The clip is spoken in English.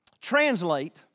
translate